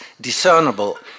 discernible